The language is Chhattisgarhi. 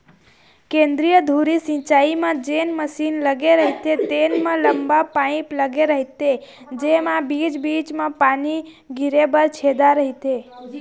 केंद्रीय धुरी सिंचई म जेन मसीन लगे रहिथे तेन म लंबा पाईप लगे रहिथे जेमा बीच बीच म पानी गिरे बर छेदा रहिथे